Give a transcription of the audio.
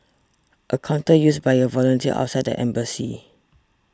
a counter used by a volunteer outside the embassy